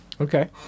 Okay